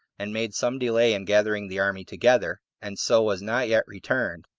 and made some delay in gathering the army together, and so was not yet returned,